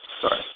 Sorry